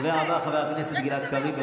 הדובר הבא, חבר הכנסת גלעד קריב.